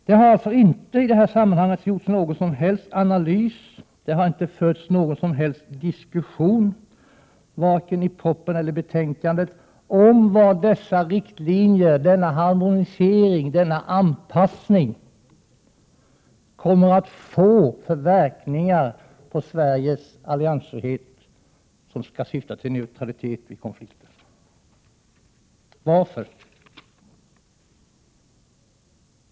Det har i detta sammanhang inte gjorts någon som helst analys, det har inte förts någon som helst diskussion, varken i propositionen eller i betänkandet, om vad dessa riktlinjer, denna harmonisering och anpassning kommer att få för verkningar för Sveriges alliansfrihet, vilken skall syfta till neutralitet vid konflikter. Varför?